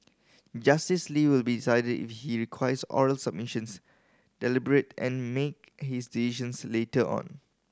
Justice Lee will decide if he requires oral submissions deliberate and make his decisions later on